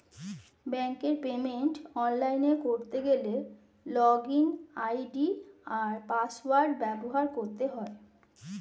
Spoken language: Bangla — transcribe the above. ব্যাঙ্কের পেমেন্ট অনলাইনে করতে গেলে লগইন আই.ডি আর পাসওয়ার্ড ব্যবহার করতে হয়